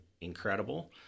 incredible